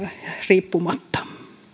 riippumatta